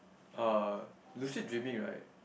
uh lucid dreaming right